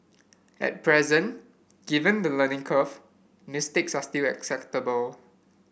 at present given the learning curve mistakes are still acceptable